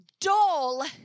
dull